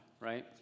right